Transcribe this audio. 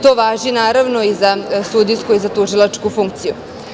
To važi, naravno, i za sudijsku i za tužilačku funkciju.